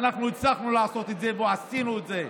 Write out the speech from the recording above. ואנחנו הצלחנו לעשות את זה ועשינו את זה.